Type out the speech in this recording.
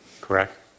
correct